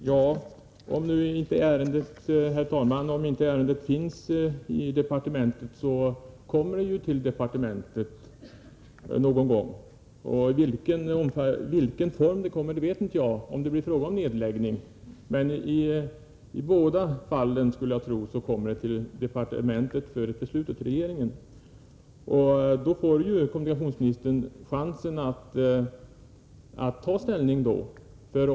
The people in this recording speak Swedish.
11 oktober 1984 Anf. 31 INGVAR KARLSSON i Bengtsfors : Om ombyggnad av Herr talman! Om ärendet inte finns i departementet, kommer det i alla fall Europaväg 6 till departemen(erDaägon gång. I vilken form vet jag inte. Det kanske blir genom Bohuslän, fråga om nedläggning. Men i båda fallen kommer ärendet till departementet m.m. för beslut av regeringen. Då får ju kommunikationsministern chansen att ta ställning.